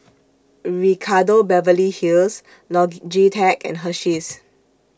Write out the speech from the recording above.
Ricardo Beverly Hills Logitech and Hersheys